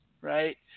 Right